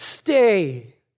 Stay